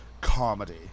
comedy